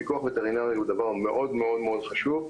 פיקוח וטרינרי הוא דבר מאוד-מאוד חשוב,